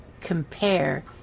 compare